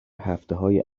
هفتههای